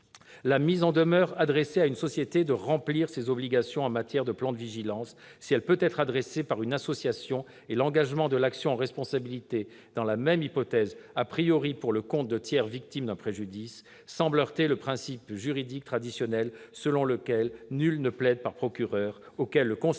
la mise en demeure adressée à une société de remplir ses obligations en matière de plan de vigilance, si elle peut être adressée par une association, et l'engagement de l'action en responsabilité, dans la même hypothèse, pour le compte de tiers victimes d'un préjudice, semblent heurter le principe juridique traditionnel selon lequel nul ne plaide par procureur, auquel le Conseil